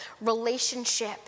relationship